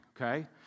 okay